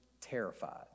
terrified